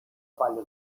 palla